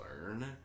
learn